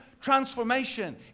transformation